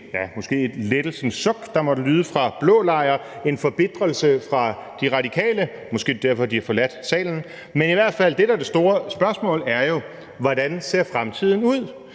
ja, måske et lettelsens suk fra blå lejr og en forbitrelse fra De Radikale – måske er det derfor, de har forladt salen – men i hvert fald er det, der er det store spørgsmål, jo, hvordan fremtiden ser